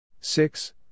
six